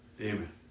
amen